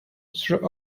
through